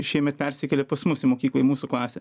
šiemet persikėlė pas mus į mokyklą į mūsų klasę